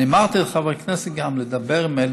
אני אמרתי לחברי הכנסת גם לדבר עם אלי